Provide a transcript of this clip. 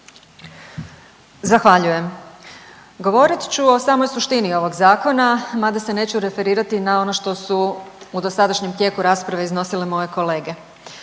Zahvaljujem. Govorit ću o samoj suštini ovog zakona, mada se neću referirati na ono što su u dosadašnjem tijelu rasprave iznosile moje kolege.